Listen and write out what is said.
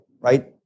Right